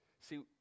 See